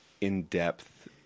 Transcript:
in-depth